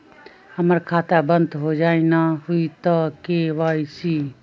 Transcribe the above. हमर खाता बंद होजाई न हुई त के.वाई.सी?